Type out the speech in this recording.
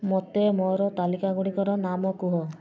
ମୋତେ ମୋର ତାଲିକାଗୁଡ଼ିକର ନାମ କୁହ